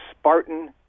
Spartan